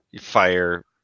fire